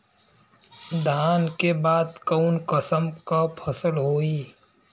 धान के बाद कऊन कसमक फसल होई?